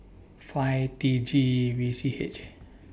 five T G V C H